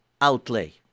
outlay